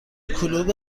کلوب